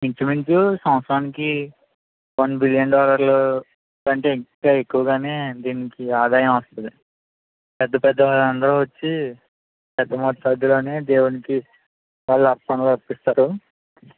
inch మించు సంవత్సరానికి one billion డాలర్ల కంటే ఇంకా ఎక్కువగానే దీనికి ఆదాయం వస్తుంది పెద్ద పెద్ద వాళ్ళు అందరూ వచ్చి పెద్ద మోతాదులోనే దేవుడికి వాళ్ళ అర్పణలు అర్పిస్తారు